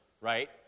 Right